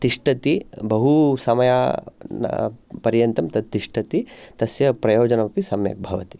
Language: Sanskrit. तिष्ठति बहुसमय पर्यन्तं तत् तिष्ठति तस्य प्रयोजनम् अपि सम्यक् भवति